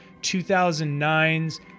2009's